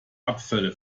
abfälle